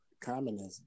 communism